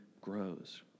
grows